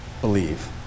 believe